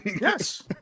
Yes